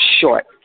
short